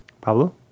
Pablo